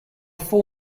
full